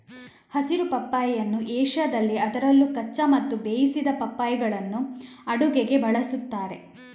ಹಸಿರು ಪಪ್ಪಾಯಿಯನ್ನು ಏಷ್ಯಾದಲ್ಲಿ ಅದರಲ್ಲೂ ಕಚ್ಚಾ ಮತ್ತು ಬೇಯಿಸಿದ ಪಪ್ಪಾಯಿಗಳನ್ನು ಅಡುಗೆಗೆ ಬಳಸುತ್ತಾರೆ